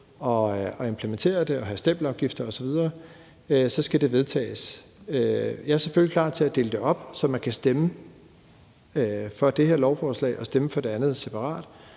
at implementere det og have stemplerafgifter osv., så skal det vedtages. Jeg er selvfølgelig klar til at dele det op, så man kan stemme for det her lovforslag og stemme for det andet separat